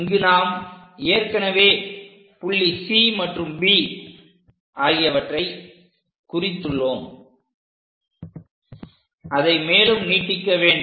இங்கு நாம் ஏற்கனவே புள்ளி C மற்றும் B ஆகியவற்றைக் குறித்து உள்ளோம் அதை மேலும் நீட்டிக்க வேண்டும்